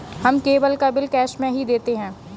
हम केबल का bill cash में ही देते हैं